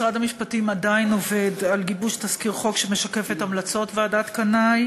משרד המשפטים עדיין עובד על גיבוש תזכיר חוק שמשקף את המלצות ועדת קנאי